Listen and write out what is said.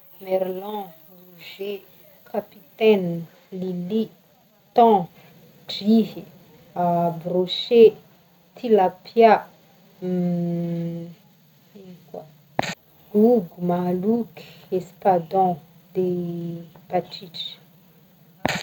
Merlan, rouget, capitaine, lily, thon, drihy, brochet, tilapia, ino koa gogo, mahaloky, espadon, de batritra.